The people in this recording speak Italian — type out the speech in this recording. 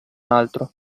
altro